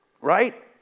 Right